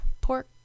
Pork